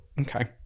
Okay